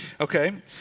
Okay